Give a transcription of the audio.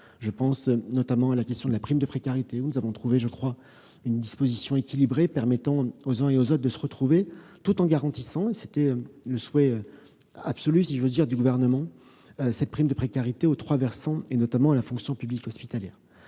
Je pense notamment à la question de la prime de précarité, où nous avons trouvé, je crois, une disposition équilibrée permettant aux uns et aux autres de se retrouver, tout en garantissant, et c'était le souhait absolu du Gouvernement, le bénéfice de cette prime aux trois versants, notamment à la fonction publique hospitalière.